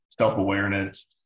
self-awareness